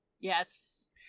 Yes